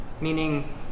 Meaning